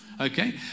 Okay